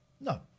No